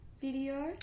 video